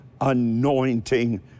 anointing